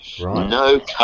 No